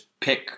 pick